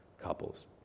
couples